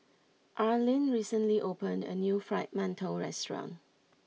Arlyn recently opened a new Fried Mantou restaurant